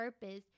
purpose